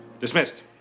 Dismissed